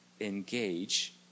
engage